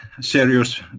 serious